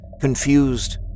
confused